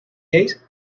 lleis